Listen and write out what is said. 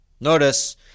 Notice